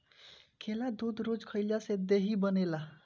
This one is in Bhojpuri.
केला दूध रोज खइला से देहि बनेला